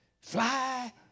fly